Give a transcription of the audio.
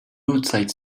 outside